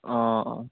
অঁ অঁ